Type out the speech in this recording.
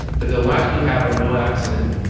but the lives we have are no accident.